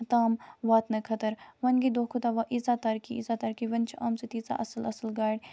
تام واتنہٕ خٲطرٕ وۄنۍ گٔے دۄہ کھۄتہٕ دۄہ و ییٖژاہ ترقی ییٖژاہ ترقی وۄنۍ چھِ آمژٕ تیٖژاہ اصل اصل گاڑِ